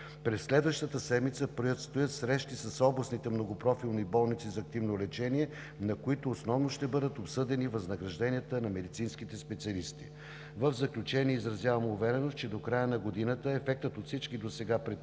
През следващата седмица предстоят срещи с областните многопрофилни болници за активно лечение, на които основно ще бъдат обсъдени възнагражденията на медицинските специалисти. В заключение, изразявам увереност, че до края на годината ефектът от всички досега предприети